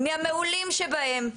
מהמעולים שבהם,